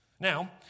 Now